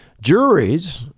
juries